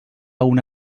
una